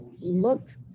looked